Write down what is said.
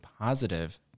positive